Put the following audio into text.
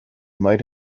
might